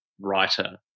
writer